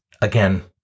again